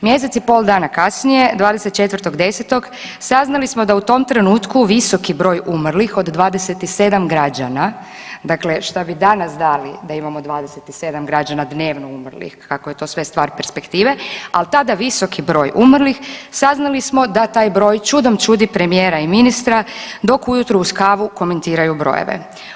Mjesec i pol dana kasnije 24.10. saznali smo da u tom trenutku visoki broj umrlih od 27 građana, dakle šta bi danas dali da imamo 27 građana dnevno umrlih, kako je to sve stvar perspektive, al tada visoki broj umrlih, saznali smo da taj broj čudom čudi premijera i ministra dok ujutro uz kavu komentiraju brojeve.